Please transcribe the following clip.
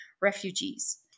refugees